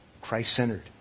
Christ-centered